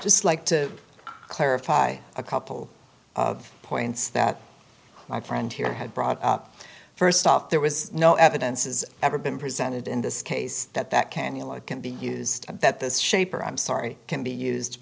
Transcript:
just like to clarify a couple of points that my friend here had brought up first off there was no evidence is ever been presented in this case that that canyon light can be used that this shape or i'm sorry can be used